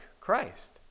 Christ